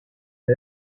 the